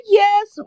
yes